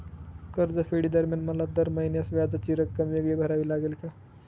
कर्जफेडीदरम्यान मला दर महिन्यास व्याजाची रक्कम वेगळी भरावी लागेल का?